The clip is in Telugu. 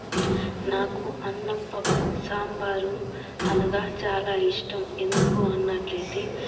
నాకు అన్నం పప్పు సాంబారు అనగా చాలా ఇష్టం ఎందుకు అన్నట్లయితే